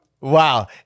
wow